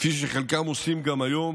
כפי שחלקם עושים גם היום,